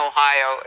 Ohio